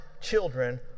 children